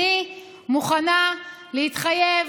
אני מוכנה להתחייב